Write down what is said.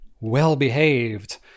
well-behaved